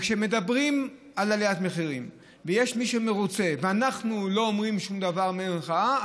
כשמדברים על עליית מחירים ויש מי שמרוצה ואנחנו לא עושים שום דבר כמחאה,